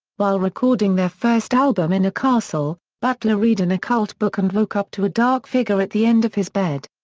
while recording their first album in a castle, butler read an occult book and woke up to a dark figure at the end of his bed.